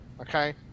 okay